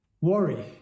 worry